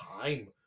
time